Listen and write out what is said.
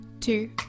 two